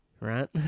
Right